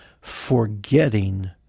forgetting